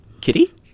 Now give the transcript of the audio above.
Kitty